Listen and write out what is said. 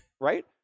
right